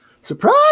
Surprise